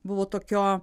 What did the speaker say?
buvo tokio